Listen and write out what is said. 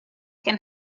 can